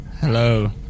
Hello